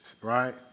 right